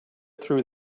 through